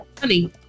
Honey